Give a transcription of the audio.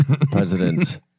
President